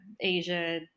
Asia